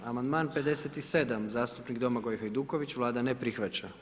Amandman 57., zastupnik Domagoj Hajduković, Vlada ne prihvaća.